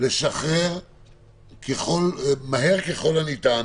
לשחרר מהר ככל הניתן